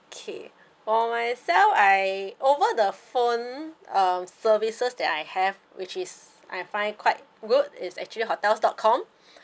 okay for myself I over the phone uh services that I have which is I find quite good is actually hotels dot com